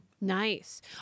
Nice